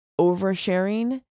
oversharing